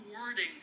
wording